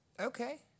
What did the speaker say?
Okay